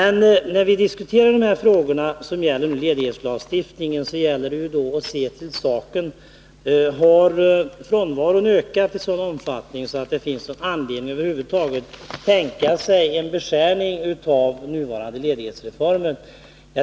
När vi nu diskuterar de frågor som hänger samman med ledighetslagstiftningen gäller det att fråga sig om frånvaron har ökat i sådan omfattning att det över huvud taget finns anledning att tänka sig en beskärning i den nuvarande ledighetsreformen.